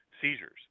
seizures